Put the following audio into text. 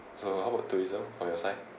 so how about tourism for your side